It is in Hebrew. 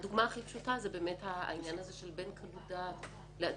הדוגמה הכי פשוטה זה באמת העניין הזה של בין קלות דעת לאדישות.